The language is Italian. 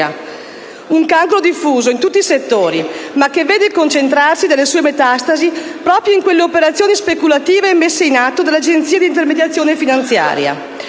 un cancro diffuso in tutti i settori, che vede però il concentrarsi delle sue metastasi proprio in quelle operazioni speculative messe in atto dalle agenzie di intermediazione finanziaria.